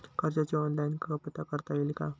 कर्जाची ऑनलाईन कपात करता येईल का?